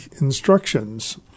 instructions